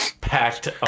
Packed